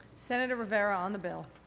senator rivera on the bill.